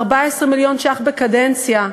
14 מיליון שקלים בקדנציה,